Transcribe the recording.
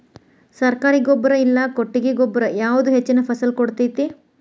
ಸರ್ಕಾರಿ ಗೊಬ್ಬರ ಇಲ್ಲಾ ಕೊಟ್ಟಿಗೆ ಗೊಬ್ಬರ ಯಾವುದು ಹೆಚ್ಚಿನ ಫಸಲ್ ಕೊಡತೈತಿ?